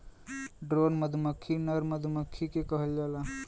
drone मधुमक्खी नर मधुमक्खी के कहल जाला